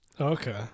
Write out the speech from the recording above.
Okay